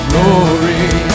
Glory